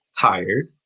tired